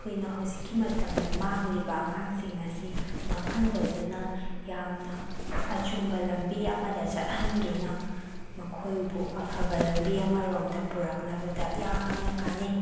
ꯑꯩꯈꯣꯏꯅ ꯍꯧꯖꯤꯛꯀꯤ ꯃꯇꯝꯗ ꯃꯥꯡꯂꯤꯕ ꯑꯉꯥꯡꯁꯤꯡ ꯑꯁꯤ ꯃꯥꯡꯍꯟꯗꯗꯨꯅ ꯌꯥꯝꯅ ꯑꯆꯨꯝꯕ ꯂꯝꯕꯤ ꯑꯃꯗ ꯆꯠꯍꯟꯗꯨꯅ ꯃꯈꯣꯏꯕꯨ ꯑꯐꯕ ꯂꯝꯕꯤ ꯑꯃꯔꯣꯝꯗ ꯄꯨꯔꯛꯅꯕꯗ ꯌꯥꯝꯅ ꯀꯥꯟꯅꯩ